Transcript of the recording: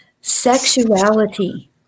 Sexuality